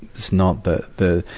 it's not the, the,